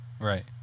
Right